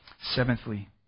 Seventhly